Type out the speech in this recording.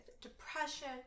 depression